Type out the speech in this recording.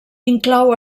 inclou